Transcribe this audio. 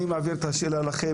אני מעביר את השאלה לכם.